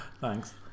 Thanks